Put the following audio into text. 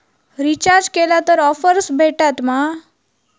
Recharge केला की offers भेटात मा?